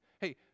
hey